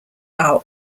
are